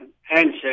handshake